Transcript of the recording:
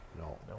no